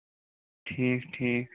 ٹھیٖک ٹھیٖک